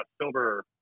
silver